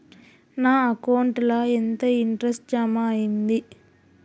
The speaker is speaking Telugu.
నా అకౌంట్ ల ఎంత ఇంట్రెస్ట్ జమ అయ్యింది?